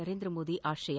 ನರೇಂದ್ರ ಮೋದಿ ಆಶಯ